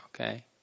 okay